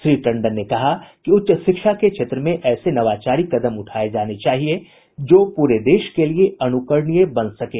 श्री टंडन ने कहा कि उच्च शिक्षा के क्षेत्र में ऐसे नवाचारी कदम उठाये जाने चाहिए जो पूरे देश के लिए अनुकरणीय बन सकें